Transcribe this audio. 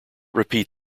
repeat